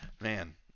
man